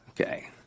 Okay